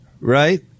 right